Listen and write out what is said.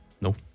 No